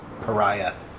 Pariah